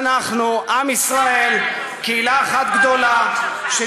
שאנחנו, עם ישראל, קהילה אחת גדולה, איפה, שלך?